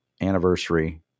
anniversary